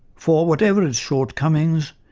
for, whatever its shortcomings,